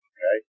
Okay